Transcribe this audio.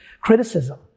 criticism